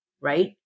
right